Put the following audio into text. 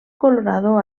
colorado